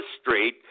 street